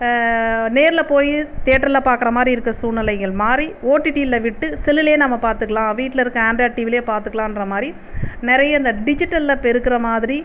நேரில் போய் தியேட்டரில் பார்க்குற மாதிரி இருக்க சூழ்நிலைகள் மாறி ஓடிடில விட்டு செல்லுலேயே நாம் பார்த்துக்கலாம் வீட்டில் இருக்க ஆண்ட்ராய்டு டிவிலயே பார்த்துக்கலான்ற மாதிரி நிறைய இந்த டிஜிட்டலில் இப்போ இருக்கிற மாதிரி